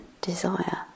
desire